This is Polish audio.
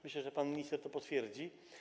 Myślę, że pan minister to potwierdzi.